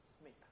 smith